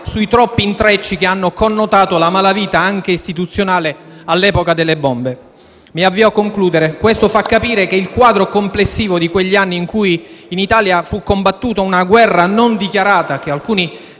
sui troppi intrecci che hanno connotato la malavita anche istituzionale all'epoca delle bombe». Questo fa capire - e mi avvio a concludere - il quadro complessivo di quegli anni, in cui in Italia fu combattuta una guerra non dichiarata, che alcuni